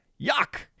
Yuck